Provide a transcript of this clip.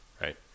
Right